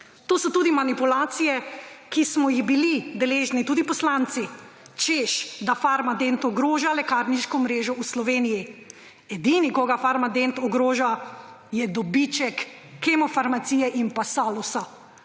To so manipulacije, ki smo jih bili deležni tudi poslanci, češ, da Farmadent ogroža lekarniško mrežo v Sloveniji. Edini, ki ga Farmadent ogroža, je dobiček Kemofarmacije in pa Salusa,